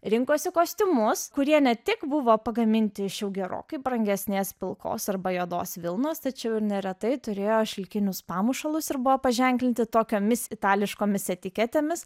rinkosi kostiumus kurie ne tik buvo pagaminti iš jau gerokai brangesnės pilkos arba juodos vilnos tačiau ir neretai turėjo šilkinius pamušalus ir buvo paženklinti tokiomis itališkomis etiketėmis